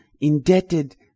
indebted